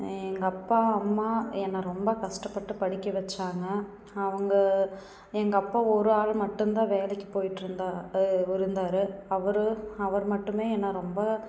எங்கள் அப்பா அம்மா என்னை ரொம்ப கஷ்டப்பட்டு படிக்க வச்சாங்க அவங்க எங்கள் அப்பா ஒரு ஆள் மட்டுந்தான் வேலைக்கு போயிட்டிருந்தா இருந்தார் அவரு அவர் மட்டுமே என்னை ரொம்ப